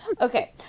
Okay